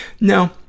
no